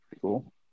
cool